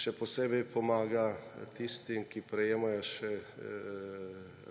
še posebej pomaga tistim, ki prejemajo še